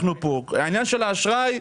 העניין של האשראי,